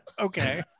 okay